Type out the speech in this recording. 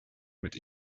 mit